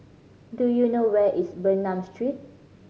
do you know where is Bernam Street